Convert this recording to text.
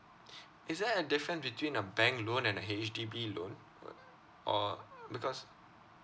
is there a difference between a bank loan and a H_D_B loan uh or because